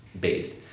based